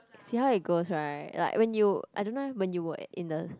see how it goes right like when you I don't know eh when you were in the